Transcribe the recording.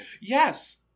yes